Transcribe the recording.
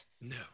No